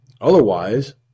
Otherwise